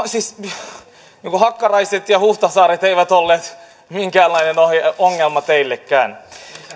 siis hakkaraiset ja huhtasaaret eivät olleet minkäänlainen ongelma teillekään